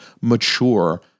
mature